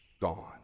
gone